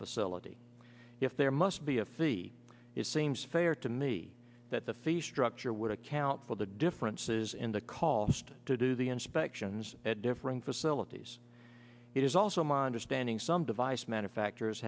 facility if there must be a fee it seems fair to me that the fee structure would account for the differences in the cost to do the inspections at differing facilities it is also my understanding some device manufacturers